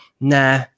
Nah